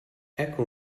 ecco